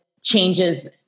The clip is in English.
changes